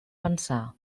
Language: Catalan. pensar